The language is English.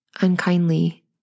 unkindly